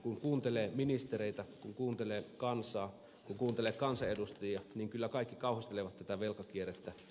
kun kuuntelee ministereitä kun kuuntelee kansaa kun kuuntelee kansanedustajia niin kyllä kaikki kauhistelevat tätä velkakierrettä